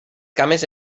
cames